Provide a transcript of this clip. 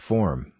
Form